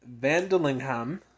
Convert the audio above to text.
Vandelingham